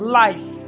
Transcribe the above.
life